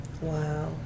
Wow